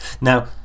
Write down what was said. Now